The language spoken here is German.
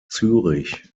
zürich